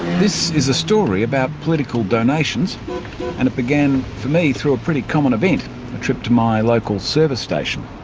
this is a story about political donations and it began for me through a pretty common event a trip to my local service station.